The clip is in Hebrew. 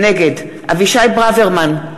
נגד אבישי ברוורמן,